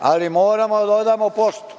ali moramo da odamo poštu